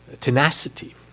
tenacity